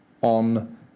on